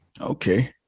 Okay